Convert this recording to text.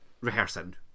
rehearsing